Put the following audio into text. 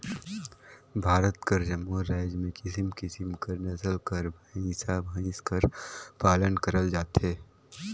भारत कर जम्मो राएज में किसिम किसिम कर नसल कर भंइसा भंइस कर पालन करल जाथे